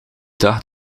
week